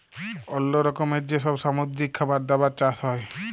অল্লো রকমের যে সব সামুদ্রিক খাবার দাবার চাষ হ্যয়